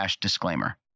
disclaimer